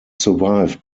survived